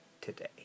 today